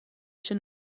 cha